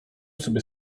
sobie